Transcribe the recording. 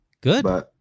good